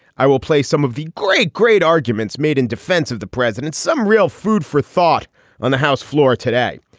i will play some of the great, great arguments made in defense of the president. some real food for thought on the house floor today.